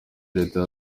leta